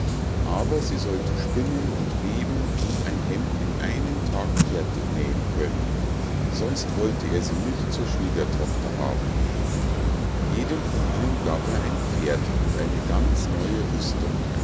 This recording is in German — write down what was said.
aber die sollte spinnen und weben und ein hemd in einem tag fertig nähen können sonst wollte er sie nicht zur schwiegertochter haben jedem von ihnen gab er ein pferd und eine ganz neue rüstung